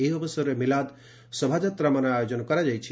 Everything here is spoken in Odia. ଏହି ଅବସରରେ ମିଲାଦ୍ ଶୋଭାଯାତ୍ରାମାନ ଆୟୋଜନ କରାଯାଇଛି